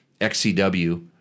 XCW